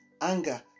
Anger